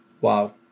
Wow